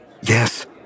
yes